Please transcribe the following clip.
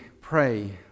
pray